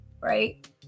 right